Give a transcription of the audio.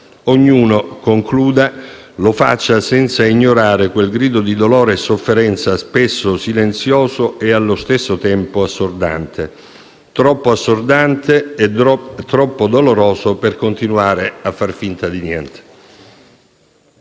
Ognuno - concludo - lo faccia senza ignorare quel grido di dolore e sofferenza spesso silenzioso e allo stesso tempo assordante, troppo assordante e troppo doloroso per continuare a far finta di niente.